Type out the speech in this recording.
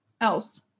else